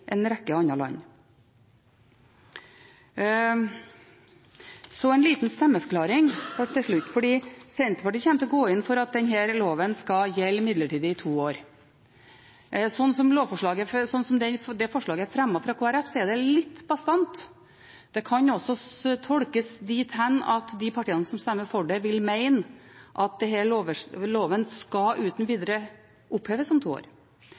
en rekke andre land. Så en liten stemmeforklaring til slutt: Senterpartiet kommer til å gå inn for at denne loven skal gjelde midlertidig i to år. Slik forslaget fra Kristelig Folkeparti er fremmet, er det litt bastant. Det kan tolkes dit hen at de partiene som stemmer for det, vil mene at denne loven uten videre skal oppheves om to år.